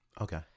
Okay